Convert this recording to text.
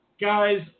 guys